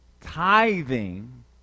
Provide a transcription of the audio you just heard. tithing